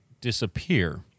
disappear